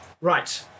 Right